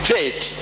Faith